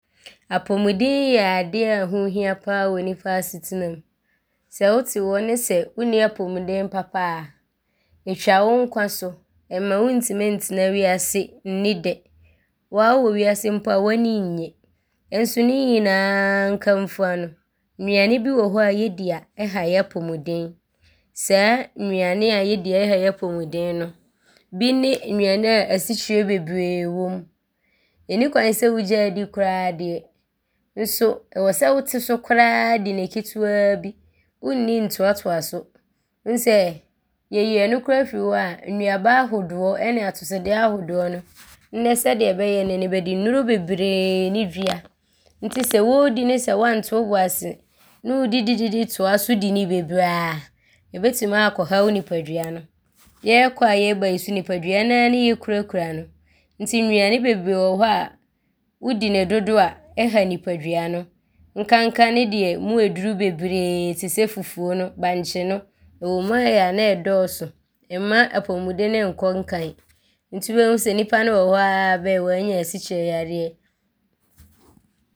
Apomden yɛ adeɛ a hoo hia pa ara wɔ nnipa asetenam. Sɛ wote hɔ ne sɛ wonni apomden papa a, ɔtwa wo nkwa so. Ɔmma wontim ntena wiase nni dɛ. Wo a wowɔ wiase mpo a w’ani nnye nso ne nyinaa nkamfua no nnuane bi wɔ hɔ a yɛdi a ɔha yɛ apomden. Saa nnuane a yɛdi a ɔha yɛ apomden no, bi ne nnuane a asikyire bebree wom. Ɔnni kwan sɛ wogyae di koraa deɛ nso ɔwɔ sɛ wote so koraa di ne ketewaa bi. Wonni ntoantoa so. Woahu sɛ, yɛyi ɔno koraa firi hɔ a, nnuaba ahodoɔ ne atosodeɛ ahodoɔ no, nnɛ sɛdeɛ bɛyɛ no no, bɛde nnuro bebree ne dua nti sɛ wɔɔdi ne sɛ woanto wo bo ase ne wodidi toa so di no bebree a, ɔbɛtim aakɔha wo nnipadua no. Yɛɛkɔ a yɛɛba yi nso nnipadua no aa so ne yɛkurakura no nti nnuane bebree wɔ hɔ a, wodi ne dodo a, ɔha nnipadua no nkanka ne deɛ mu yɛ duru bebree te sɛ fufuo no, bankye no ɔwom a ɔyɛ a ne ɔdɔɔso. Ɔmma apomden no nkɔ nkan nti wobɛhu sɛ nnipa no wɔ hɔ a, bɛɛ woaanya asikyire yareɛ.